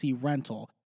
rental